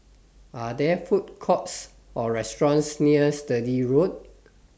Are There Food Courts Or restaurants near Sturdee Road